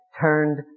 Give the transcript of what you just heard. turned